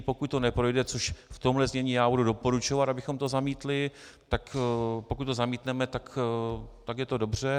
Pokud to neprojde, což v tomhle znění budu doporučovat, abychom to zamítli, tak pokud to zamítneme, tak je to dobře.